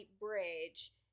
bridge